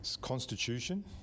constitution